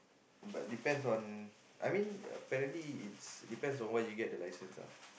but depends on I mean apparently it's depends on when you get the license ah